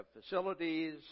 facilities